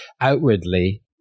outwardly